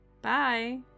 Bye